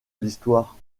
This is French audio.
l’histoire